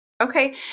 Okay